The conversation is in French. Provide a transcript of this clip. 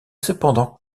cependant